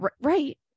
right